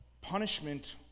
punishment